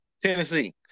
Tennessee